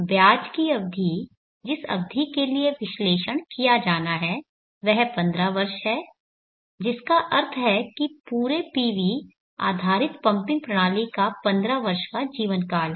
ब्याज की अवधि जिस अवधि के लिए विश्लेषण किया जाना है वह 15 वर्ष है जिसका अर्थ है पूरे PV आधारित पंपिंग प्रणाली का 15 वर्ष का जीवनकाल है